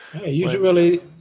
Usually